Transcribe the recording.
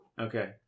Okay